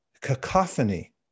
cacophony